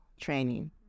training